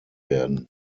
werden